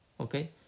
Okay